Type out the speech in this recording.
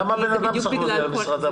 למה האדם צריך להודיע למשרד הבריאות?